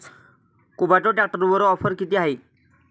Kubota ट्रॅक्टरवर offer किती आहे?